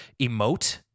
emote